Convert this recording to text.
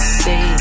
say